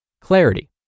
clarity